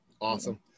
awesome